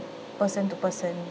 person to person